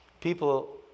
people